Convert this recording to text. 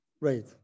right